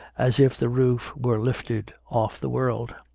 as if the roof were lifted off the world.